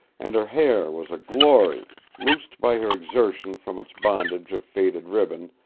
and her hair was a glory, loosed by her exertion from its bondage of faded ribbon,